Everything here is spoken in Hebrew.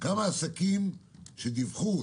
כמה עסקים שדיווחו,